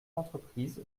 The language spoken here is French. l’entreprise